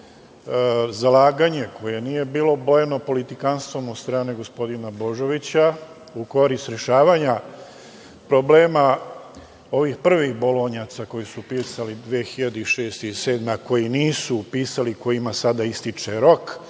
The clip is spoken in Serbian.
zalaganje koje nije bilo bojeno politikanstvom od strane gospodina Božovića, u korist rešavanja problema ovih prvih bolonjaca koji su upisali 2006, 2007. godine, a koji nisu upisali kojima sada ističe rok